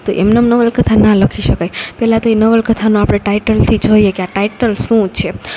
તો એમનેમ નવલકથા ન લખી શકાય પહેલાં તો એ નવલકથાનો આપણે ટાઈટલથી જોઈએ કે આ ટાઈટલ શું છે